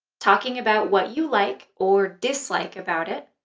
talking about what you like or dislike about it,